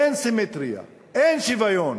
אין סימטריה, אין שוויון